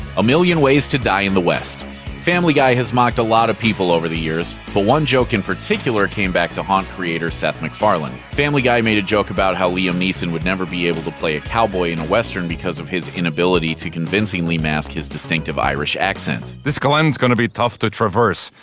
a million ways to die in the west family guy has mocked a lot of people over the years, but one joke in particular came back to haunt creator seth macfarlane. family guy made a joke about how liam neeson would never be able to play a cowboy in a western because of his inability to convincingly mask his distinctive irish accent. this glen's gonna be tough to traverse.